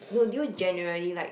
do you generally like